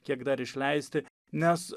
kiek dar išleisti nes